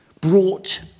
brought